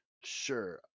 Sure